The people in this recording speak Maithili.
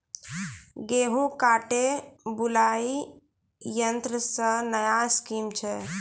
गेहूँ काटे बुलाई यंत्र से नया स्कीम छ?